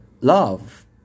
love